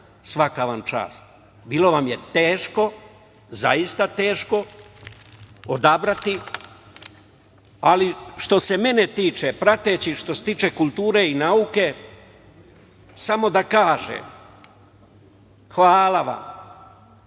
svaka vam čast. Bilo vam je teško, zaista teško odabrati, ali što se mene tiče, prateći što se tiče kulture i nauke, samo da kažem – hvala vam.